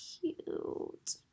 cute